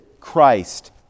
Christ